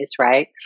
right